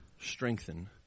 strengthen